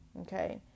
okay